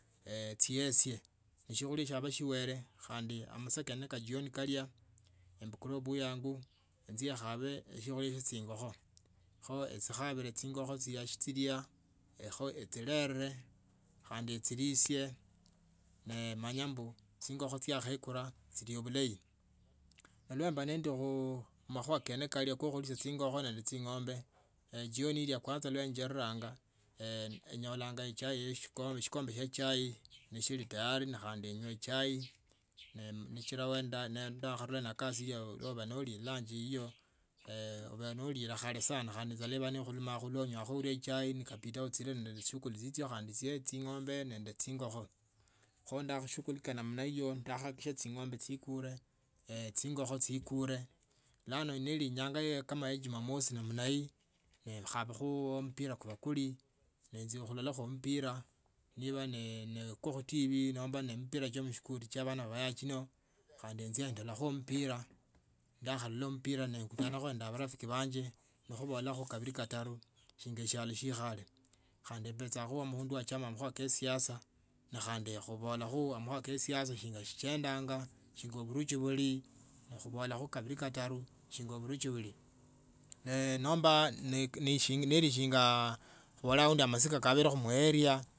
chiere shiokhulia shywa jioni niba shiwele khandi amaraa kaa jioni kalya embukule baiyangu enzie khabe siokhalia chya chingokho kho ichikhabile chingokhochile chia khulia khochelere khandi echilisye nemanya mbuchiakhaekura chiliye bhulayi na mala ndi khumakhuwa chye khulia siokhulia na khulisia chingokhone chingombe jooni ile kwonoza nenjereranga engola echai ilio, shikumbe shya chai neshili tayari ne khandi kenywa echai neshina endurilie noshili iya lunch iyo ubelie nolie khali sana khandi inzala inyala khuba nekhuluma sichila unyala khunywa echai ne khandi ekhubida achilile nende echishuguli chinyo khandi taa chingombe nende chingokho khondakhashughulika namna hiyo ndakhaakaria chingombe chilire chingokio chiikure balano nebainyanga ya jumamosi namna hii nekhabakho aali mpira kulikho nenjia khulolakho mpira neba ne kwa tv nomba ne mpira chie abana bayanza shino mala nenjia endolakho mpira ndakhalola mpira nenjendakho nende amarafiki wanje nekhubolokho makhuwa kabili katani shinga shialo shikhali khandi embecha mundu wachama siasa nesichendanganga bali bunichu buli nekhubolakho kabili katani chinga banichi buli nomba neshinga around masika kalikho marea.